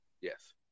yes